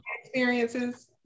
Experiences